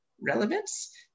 relevance